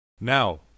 Now